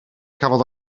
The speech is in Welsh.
cafodd